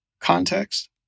context